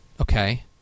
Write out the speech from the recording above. Okay